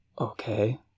Okay